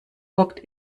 hockt